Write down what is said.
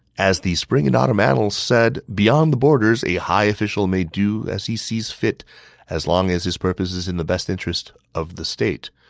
as the spring and autumn annals said, beyond the borders, a high official may do as he sees fit as long as his purpose is in the best interest of the state.